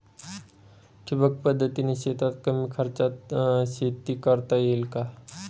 ठिबक पद्धतीने शेतात कमी खर्चात शेती करता येईल का?